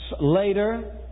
later